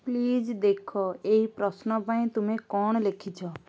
please ଦେଖ ଏହି ପ୍ରଶ୍ନ ପାଇଁ ତୁମେ କ'ଣ ଲେଖିଛ